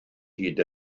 hyd